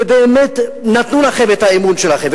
ובאמת, הם נתנו לכם את האמון שלהם.